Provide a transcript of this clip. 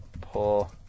pull